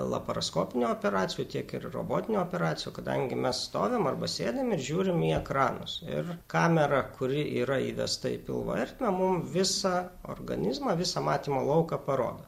laparoskopinių operacijų tiek ir robotinių operacijų kadangi mes stovim arba sėdim ir žiūrim į ekranus ir kamera kuri yra įvesta į pilvo ertmę mum visą organizmą visą matymo lauką parodo